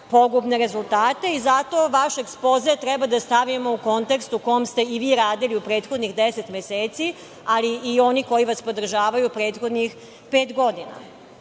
pogubne rezultate i zato vaš ekspoze treba da stavimo u kontekst u kome ste i vi radili u prethodnih 10 meseci, ali i oni koji vas podržavaju u prethodnih godina. Tako